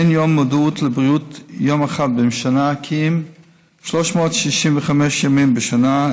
אין יום מודעות לבריאות אחד בשנה כי אם 365 ימים בשנה,